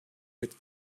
met